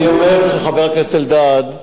אני אומר, חבר הכנסת אלדד,